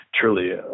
truly